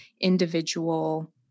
individual